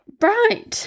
Right